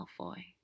Malfoy